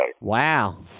Wow